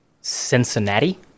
Cincinnati